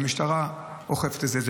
והמשטרה אוכפת את זה,